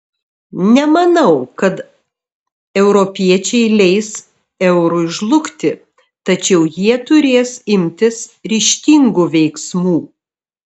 nemanau kad europiečiai leis eurui žlugti tačiau jie turės imtis ryžtingų veiksmų